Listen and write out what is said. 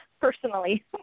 personally